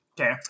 Okay